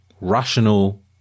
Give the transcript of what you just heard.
rational